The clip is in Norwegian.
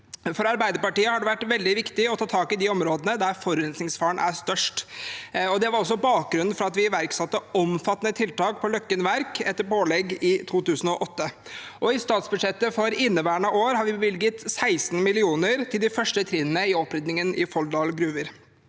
For Arbeiderpartiet har det vært veldig viktig å ta tak i de områdene der forurensningsfaren er størst. Det var også bakgrunnen for at vi iverksatte omfattende tiltak på Løkken Verk etter pålegg i 2008, og i statsbudsjettet for inneværende år har vi bevilget 16 mill. kr til de første trinnene i opprydningen i Folldal Gruver.